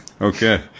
Okay